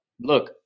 look